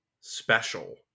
special